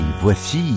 voici